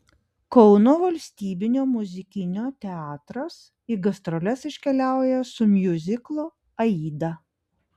kauno valstybinio muzikinio teatras į gastroles iškeliauja su miuziklu aida